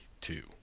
two